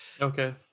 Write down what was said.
okay